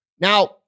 Now